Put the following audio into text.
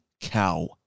cow